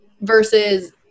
versus